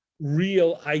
real